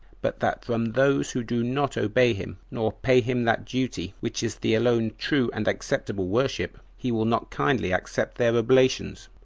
but that from those who do not obey him, nor pay him that duty which is the alone true and acceptable worship, he will not kindly accept their oblations,